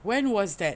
when was that